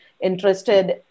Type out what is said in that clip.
interested